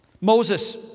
Moses